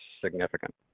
significant